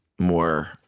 More